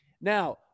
Now